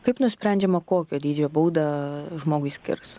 kaip nusprendžiama kokio dydžio baudą žmogui skirs